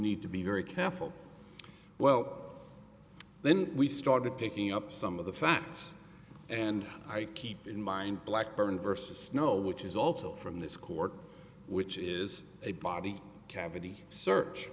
need to be very careful well then we've started picking up some of the facts and i keep in mind blackburn versus know which is also from this court which is a body cavity search